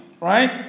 Right